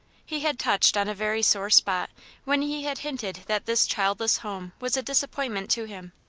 he had touched on a very sore spot when he had hinted that this childless home was a disappointment to him.